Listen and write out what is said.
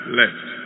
left